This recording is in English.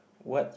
what's